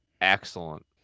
excellent